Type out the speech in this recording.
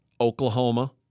Oklahoma